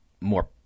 more